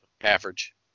Average